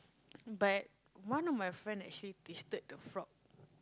but one of my friend actually tasted the frog